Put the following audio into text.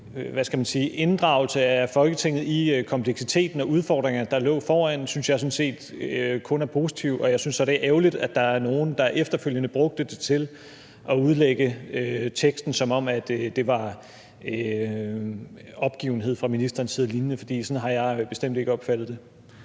inddragelse af Folketinget i kompleksiteten og de udfordringer, der lå foran, synes jeg jo sådan set kun er positiv. Jeg synes så, at det er ærgerligt, at der er nogle, der efterfølgende har brugt det til at udlægge teksten, som om det var opgivenhed og lignende fra ministerens side, for sådan har jeg bestemt ikke opfattet det.